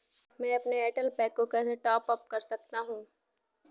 मैं अपने Airtel pack को कैसे टॉप अप कर सकता हूँ?